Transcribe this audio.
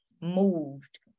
moved